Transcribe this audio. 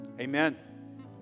Amen